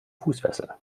fußfessel